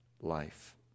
life